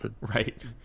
right